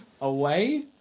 away